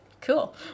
cool